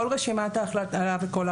כל רשימת ההחלטות.